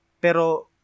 pero